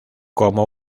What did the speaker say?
como